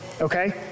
okay